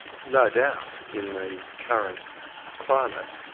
no doubt in the current climate,